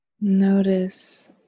notice